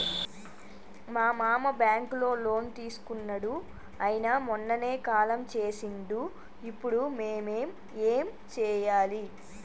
మా మామ బ్యాంక్ లో లోన్ తీసుకున్నడు అయిన మొన్ననే కాలం చేసిండు ఇప్పుడు మేం ఏం చేయాలి?